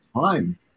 time